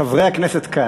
חבר הכנסת כץ.